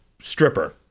stripper